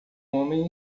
homem